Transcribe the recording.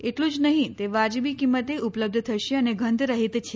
એટલું જ નહીં તે વાજબી કિંમતે ઉપલબ્ધ થશે અને ગંધ રહિત છે